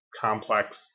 complex